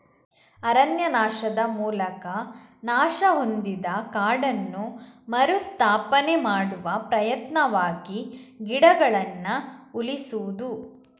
ಅರಣ್ಯನಾಶದ ಮೂಲಕ ನಾಶ ಹೊಂದಿದ ಕಾಡನ್ನು ಮರು ಸ್ಥಾಪನೆ ಮಾಡುವ ಪ್ರಯತ್ನವಾಗಿ ಗಿಡಗಳನ್ನ ಉಳಿಸುದು